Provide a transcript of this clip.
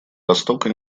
востока